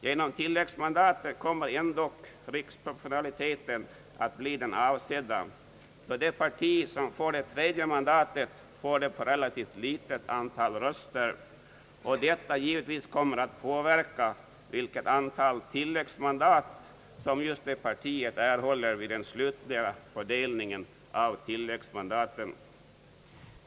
Genom tilläggsmandaten kommer riksproportionaliteten ändå att bli den avsedda, då det parti som får det tredje mandatet får det på relativt litet antal röster och detta givetvis kommer att påverka det antal tilläggsmandat som ifrågavarande parti erhåller vid den slutliga fördelningen av tilläggsmandaten.